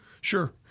Sure